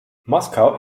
moskau